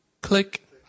click